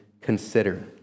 consider